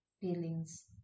feelings